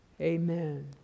Amen